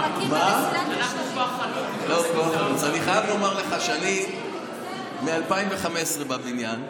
אני חייב לומר לך שאני מ-2015 בבניין,